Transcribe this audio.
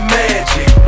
magic